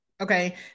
Okay